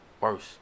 worse